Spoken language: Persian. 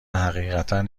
حقیقتا